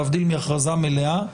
להבדיל מהכרזה מלאה,